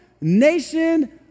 nation